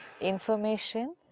information